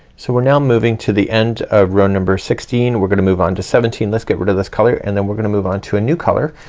so we're now moving to the end of row number sixteen. we're gonna move on to seventeen. let's get rid of this color and then we're gonna move on to a new color